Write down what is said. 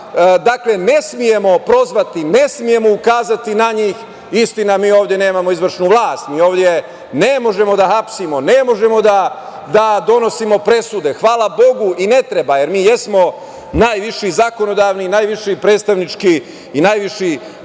ne smemo prozvati, ne smemo ukazati na njih… Istina, mi ovde nemamo izvršnu vlast, mi ovde ne možemo da hapsimo, ne možemo da donosimo presude, hvala Bogu i ne treba, jer mi jesmo najviši zakonodavni, najviši predstavnički i najviši